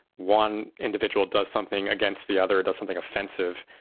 one individual does something against the other, does something offensive,